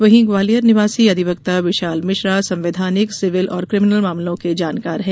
वहीं ग्वालियर निवासी अधिवक्ता विशाल मिश्रा संवैधानिक सिविल और क्रिमिनल मामलों के जानकार हैं